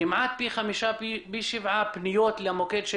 כמעט פי חמש ופי שבע פניות למוקד של